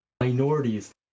Minorities